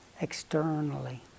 externally